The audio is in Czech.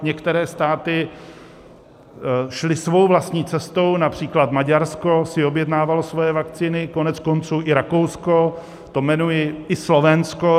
Některé státy šly svou vlastní cestou, například Maďarsko si objednávalo svoje vakcíny, koneckonců i Rakousko i Slovensko.